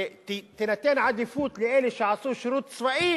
תינתן עדיפות לאלה שעשו שירות צבאי